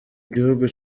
gihugu